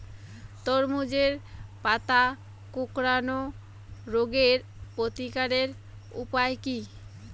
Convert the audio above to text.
তরমুজের পাতা কোঁকড়ানো রোগের প্রতিকারের উপায় কী?